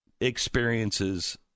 experiences